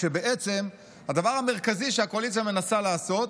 כשבעצם הדבר המרכזי שהקואליציה מנסה לעשות